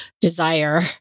desire